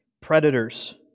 Predators